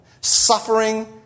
Suffering